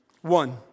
One